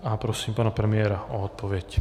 A prosím pana premiéra o odpověď.